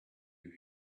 you